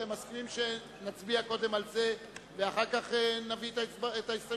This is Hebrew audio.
אתם מסכימים שנצביע קודם על זה ואחר כך נביא את ההסתייגויות?